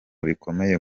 bikomeye